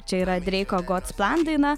čia yra dreiko godsplan daina